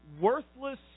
worthless